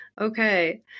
Okay